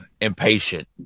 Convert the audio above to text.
impatient